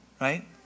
right